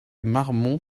marmont